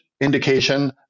indication